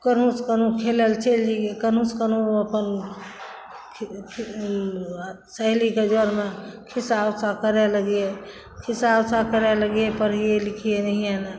केनाहुँ सँ केनाहुँ खेलय लए चलि जइए केनाहुँसँ केनाहुँ अपन सहेलीके जरमे खिस्सा उस्सा कर लगियै खिस्सा उस्सा करय लगलियै पढ़ी लिखी नहिये ने